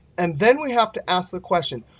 and then we have to ask the question,